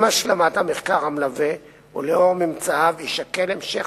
עם השלמת המחקר המלווה ולאור ממצאיו יישקל המשך